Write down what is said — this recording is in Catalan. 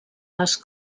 les